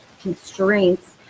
constraints